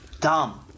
dumb